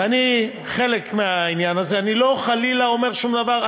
ואני חלק מהעניין הזה, אני לא חלילה אומר שום דבר.